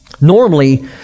Normally